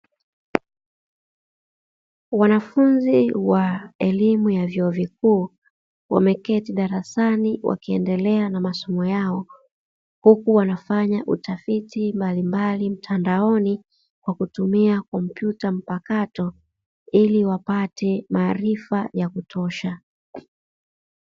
Wanafunzi wa elimu ya vyuo vikuu wameketi darasani wakiendelea na masomo yao, huku wanafanya utafiti mbalimbali mtandaoni kwa kutumia kompyuta mpakato ili wapate maarifa ya kutosha.